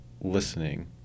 listening